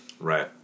right